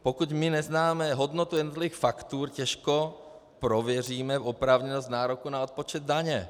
Pokud neznáme hodnotu jednotlivých faktur, těžko prověříme oprávněnost nároku na odpočet daně.